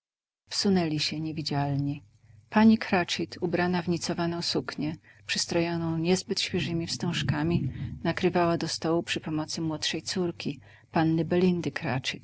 wsunęli się niewidzialni pani cratchit ubrana w nicowaną suknię przystrojoną niezbyt świeżemi wstążkami nakrywała do stołu przy pomocy młodszej córki panny belindy